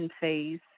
phase